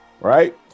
right